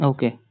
Okay